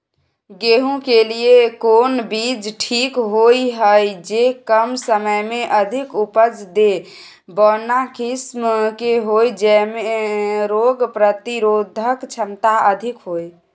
गेहूं के लिए कोन बीज ठीक होय हय, जे कम समय मे अधिक उपज दे, बौना किस्म के होय, जैमे रोग प्रतिरोधक क्षमता अधिक होय?